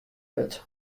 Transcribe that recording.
wurdt